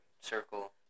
circle